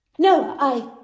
no. i,